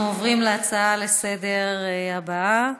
אנחנו עוברים להצעה לסדר-היום הבאה: